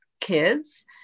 kids